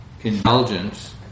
indulgence